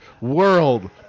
world